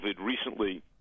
recently